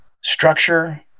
structure